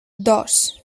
dos